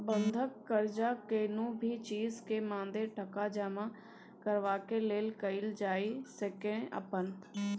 बंधक कर्जा कुनु भी चीज के मादे टका जमा करबाक लेल कईल जाइ सकेए अपन